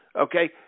okay